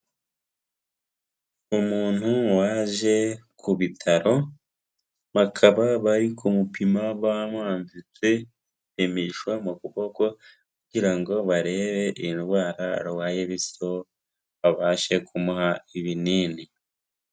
Umuntu waje ku bitaro bakaba bari kumupima bamwambitse imishumi mu kuboko kugira ngo barebe indwara arwaye bityo babashe kumuha ibinini.